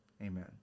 Amen